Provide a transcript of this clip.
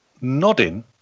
nodding